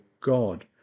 God